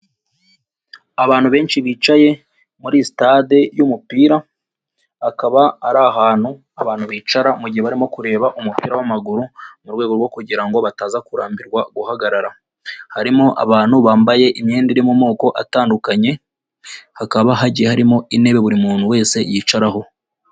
Abantu benshi bicaye muri sitade y'umupira, akaba ari ahantu abantu bicara mugihe barimo kureba umupira w'amaguru ,mu rwego rwo kugira ngo bataza kurambirwa guhagarara. Harimo abantu bambaye imyenda iri mu moko atandukanye, hakaba hagiye harimo intebe buri muntu wese yicaraho.